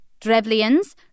Drevlians